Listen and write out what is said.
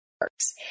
works